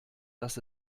dass